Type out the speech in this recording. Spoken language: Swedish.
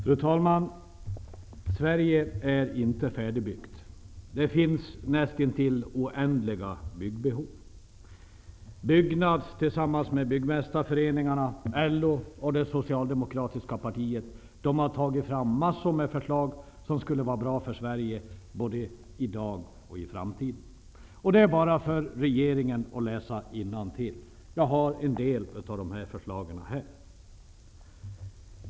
Fru talman! Sverige är inte färdigbyggt! Det finns näst intill oändliga byggbehov. Byggnads har tillsammans med byggmästarföreningarna, LO och det socialdemokratiska partiet tagit fram massor med förslag som skulle vara bra för Sverige både i dag och i framtiden. Det är bara för regeringen att läsa innantill. Jag har en del av de förslagen här.